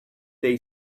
they